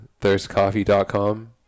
thirstcoffee.com